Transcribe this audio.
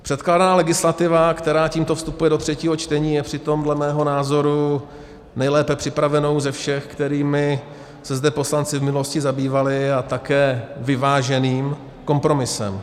Předkládaná legislativa, která tímto vstupuje do třetího čtení, je přitom dle mého názoru nejlépe připravenou ze všech, kterými se zde poslanci v minulosti zabývali, a také vyváženým kompromisem.